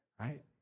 right